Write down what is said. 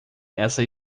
essa